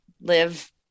live